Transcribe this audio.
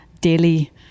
daily